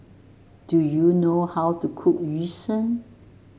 do you know how to cook Yu Sheng